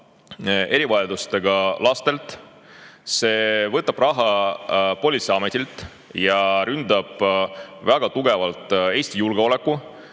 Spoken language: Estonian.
erivajadustega lastelt, see võtab raha politseiametilt ja ründab väga tugevalt Eesti julgeolekut.